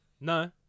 No